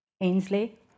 Ainsley